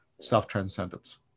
self-transcendence